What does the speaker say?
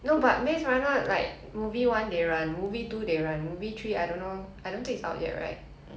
but the book all they do is run so it's fair enough to say 一群小孩子在跑